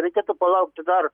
reikėtų palaukti dar